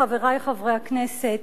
חברי חברי הכנסת,